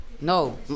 no